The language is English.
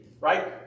right